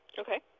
Okay